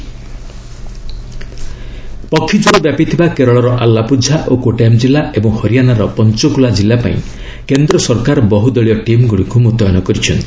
centre avian flu ପକ୍ଷୀ ଜ୍ୱର ବ୍ୟାପିଥିବା କେରଳର ଆଲାପୁଝା ଓ କୋଟ୍ଟାୟମ୍ ଜିଲ୍ଲା ଏବଂ ହରିଆଶାର ପଞ୍ଚକୁଲା ଜିଲ୍ଲା ପାଇଁ କେନ୍ଦ୍ର ସରକାର ବହୁ ଦଳୀୟ ଟିମ୍ଗୁଡ଼ିକୁ ମୁତୟନ କରିଛନ୍ତି